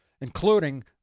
including